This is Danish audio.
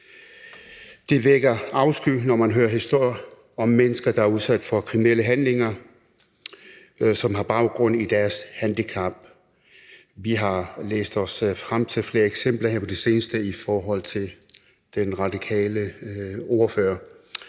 Det vækker afsky, når man hører historier om mennesker, der er udsat for kriminelle handlinger, som har baggrund i deres handicap. Vi har læst os frem til flere eksempler her på det seneste i forhold til den radikale ordfører,